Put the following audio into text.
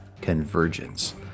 Convergence